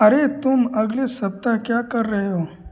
अरे तुम अगले सप्ताह क्या कर रहे हो